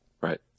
Right